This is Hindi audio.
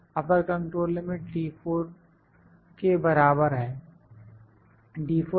अपर कंट्रोल लिमिट के बराबर है